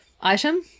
item